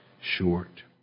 short